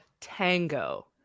tango